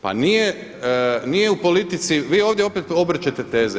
Pa nije u politici, vi ovdje opet obrćete teze.